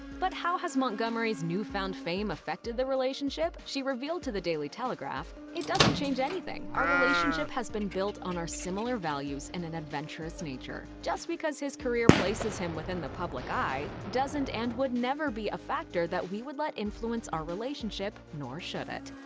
but how has montgomery's newfound fame affected the relationship? she revealed to the daily telegraph it doesn't change anything, our relationship has been built on our similar values and an adventurous nature. just because his career places him within the public eye, doesn't and would never be a factor that we would let influence our relationship, nor should it.